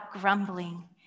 grumbling